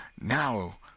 Now